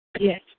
Yes